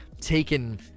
Taken